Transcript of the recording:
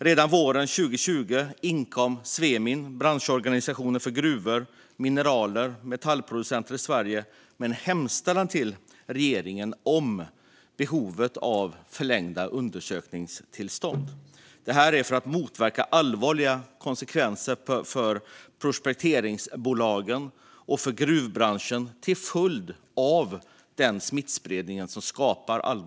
Redan våren 2020 inkom Svemin, branschorganisationen för gruvor, mineral och metallproducenter i Sverige, med en hemställan till regeringen om förlängda undersökningstillstånd för att motverka allvarliga konsekvenser för prospekteringsbolagen och för gruvbranschen till följd av smittspridningen.